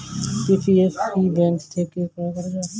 PPF কি bank থেকে ক্রয় করা যায়?